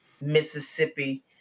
Mississippi